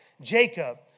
Jacob